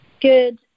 good